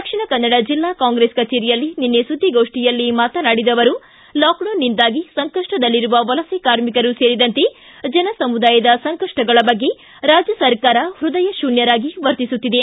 ದಕ್ಷಿಣ ಕನ್ನಡ ಜಿಲ್ಲಾ ಕಾಂಗ್ರೆಸ್ ಕಚೇರಿಯಲ್ಲಿ ನಿನ್ನೆ ಸುದ್ದಿಗೋಷ್ಠಿಯಲ್ಲಿ ಮಾತನಾಡಿದ ಅವರು ಲಾಕ್ಡೌನ್ನಿಂದಾಗಿ ಸಂಕಪ್ಪದಲ್ಲಿರುವ ವಲಸೆ ಕಾರ್ಮಿಕರು ಸೇರಿದಂತೆ ಜನ ಸಮುದಾಯದ ಸಂಕಪ್ಪಗಳ ಬಗ್ಗೆ ರಾಜ್ಜ ಸರಕಾರ ಹೃದಯ ಶೂನ್ಯರಾಗಿ ವರ್ತಿಸುತ್ತಿದೆ